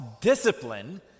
discipline